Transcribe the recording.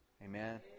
Amen